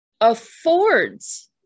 affords